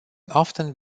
often